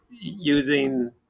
using